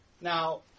Now